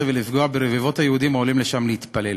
ולפגוע ברבבות היהודים העולים לשם להתפלל.